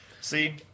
See